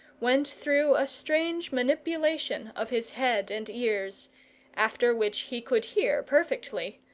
went through a strange manipulation of his head and ears after which he could hear perfectly,